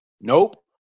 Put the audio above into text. Nope